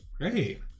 Great